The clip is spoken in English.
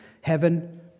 Heaven